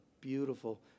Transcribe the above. Beautiful